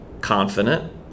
confident